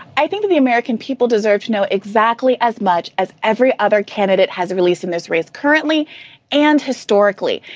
i think the american people deserve to know exactly as much as every other candidate has released in this race currently and historically.